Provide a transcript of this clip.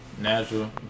Natural